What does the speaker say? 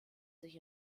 sich